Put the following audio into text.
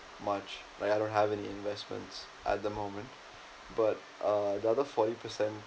much like I don't have any investments at the moment but uh the other forty percent